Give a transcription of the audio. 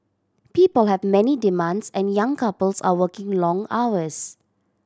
people have many demands and young couples are working long hours